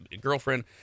girlfriend